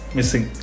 missing